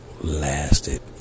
lasted